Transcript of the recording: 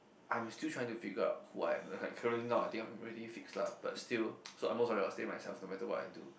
I'm still trying to figure out who I am currently now I'm already fix lah but still so at most probably I will stay myself no matter what I do